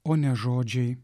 o ne žodžiai